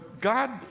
God